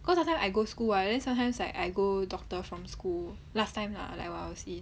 because last time I go school ah then sometimes like I go doctor from school last time lah like I will see